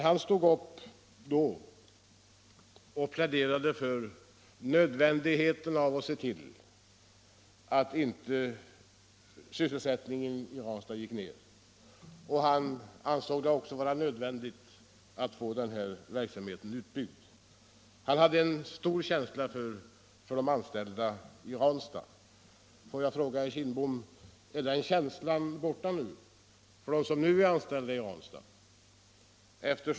Han stod då upp och pläderade för nödvändigheten av att se till att inte sysselsättningen i Ranstad gick ned. Han ansåg det också vara nödvändigt att få den verksamheten utbyggd. Han hade en stark känsla för de anställda i Ranstad. Får jag fråga herr Kindbom: Är den känslan borta för dem som nu är anställda i Ranstad?